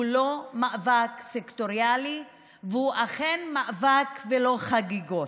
הוא לא מאבק סקטוריאלי, והוא אכן מאבק ולא חגיגות.